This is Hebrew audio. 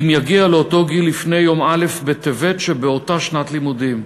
אם יגיע לאותו גיל לפני יום א' בטבת שבאותה שנת לימודים.